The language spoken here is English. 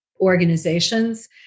organizations